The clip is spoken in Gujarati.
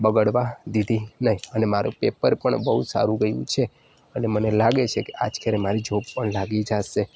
બગડવા દીધી નહીં અને મારું પેપર પણ બહુ સારું ગયું છે અને મને લાગે છે કે આજ ફેરે મારી જોબ પણ લાગી જાશે